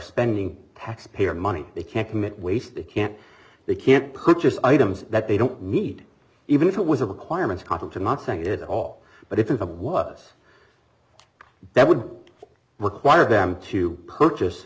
spending taxpayer money they can't commit wasted can't they can't purchase items that they don't need even if it was a requirement concept and not saying it all but if it was that would require them to purchase